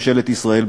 ממשלת ישראל,